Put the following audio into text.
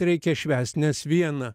reikia švęst nes viena